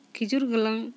ᱠᱷᱤᱡᱩᱨ ᱜᱟᱞᱟᱝ